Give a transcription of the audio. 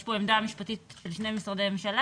יש פה עמדה משפטית של שני משרדי ממשלה